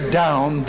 down